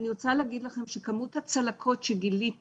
אני רוצה להגיד לכם שכמות הצלקות שגיליתי